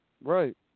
Right